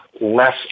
less